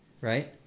right